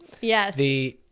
Yes